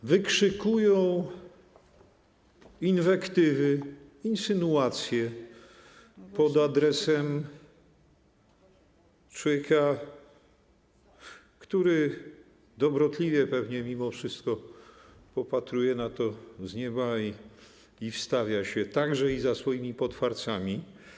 i wykrzykują inwektywy, insynuacje pod adresem człowieka, który dobrotliwie pewnie mimo wszystko popatruje na to z nieba i wstawia się także i za swoimi potwarcami.